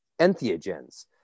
entheogens